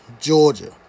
Georgia